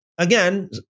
Again